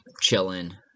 chilling